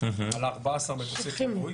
על 14 מטוסי כיבוי,